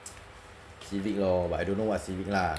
civic lor but I don't know what civic lah